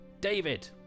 David